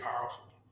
powerful